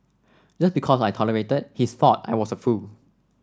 just because I tolerated he thought I was a fool